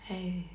!hey!